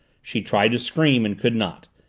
she tried to scream and could not,